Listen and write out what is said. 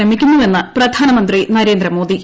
ശ്രമിക്കുന്നുവെന്ന് പ്രധാനമന്ത്രി നരേന്ദ്രമോദി